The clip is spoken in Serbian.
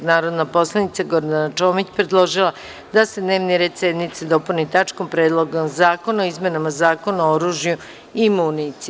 Narodna poslanica Gordana Čomić, predložila je da se dnevni red sednice dopuni tačkom – Predlog zakona o izmenama Zakona o oružju i municiji.